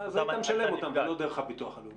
אז היית משלם אותם לא דרך הביטוח הלאומי.